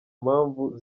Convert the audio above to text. mpamvu